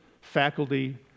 faculty